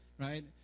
right